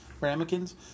ramekins